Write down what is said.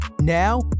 Now